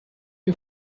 you